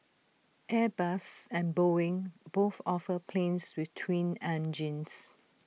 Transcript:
airbus and boeing both offer planes with twin engines